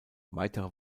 weitere